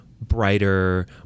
brighter